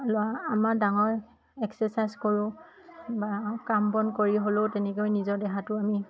আমাৰ ডাঙৰ এক্সেচাইজ কৰোঁ বা কাম বন কৰি হ'লেও তেনেকৈ নিজৰ দেহাটো আমি